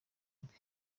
rwe